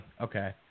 Okay